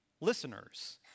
listeners